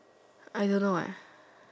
I don't know eh